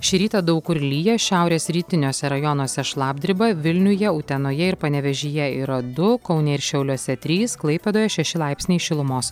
šį rytą daug kur lyja šiaurės rytiniuose rajonuose šlapdriba vilniuje utenoje ir panevėžyje yra du kaune ir šiauliuose trys klaipėdoje šeši laipsniai šilumos